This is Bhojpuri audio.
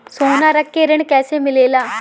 सोना रख के ऋण कैसे मिलेला?